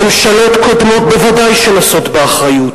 ממשלות קודמות בוודאי שנושאות באחריות.